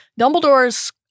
Dumbledore's